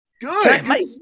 Good